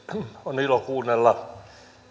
on ilo kuunnella